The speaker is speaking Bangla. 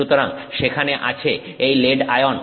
সুতরাং সেখানে আছে এই লেড আয়ন